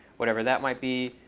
whatever that might be.